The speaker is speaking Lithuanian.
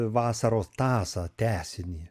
vasaros tąsą tęsinį